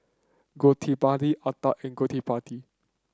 Gottipati Atal and Gottipati